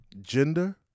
Gender